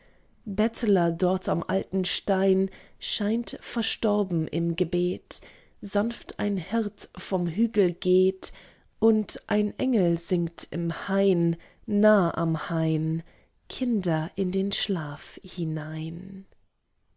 bettler dort am alten stein scheint verstorben im gebet sanft ein hirt vom hügel geht und ein engel singt im hain nah am hain kinder in den schlaf hinein